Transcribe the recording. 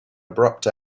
abrupt